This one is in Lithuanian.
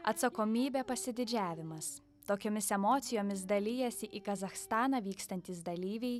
atsakomybė pasididžiavimas tokiomis emocijomis dalijasi į kazachstaną vykstantys dalyviai